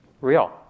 real